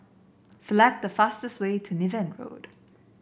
select the fastest way to Niven Road